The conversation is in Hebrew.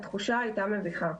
התחושה הייתה מביכה.